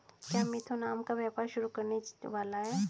क्या मिथुन आम का व्यापार शुरू करने वाला है?